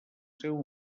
seu